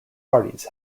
parties